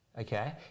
Okay